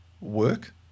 work